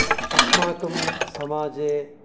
अस्माकं समाजे